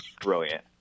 brilliant